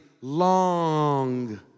long